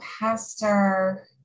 pastor